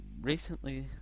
recently